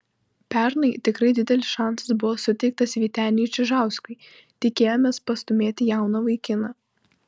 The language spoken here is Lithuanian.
pernai tikrai didelis šansas buvo suteiktas vyteniui čižauskui tikėjomės pastūmėti jauną vaikiną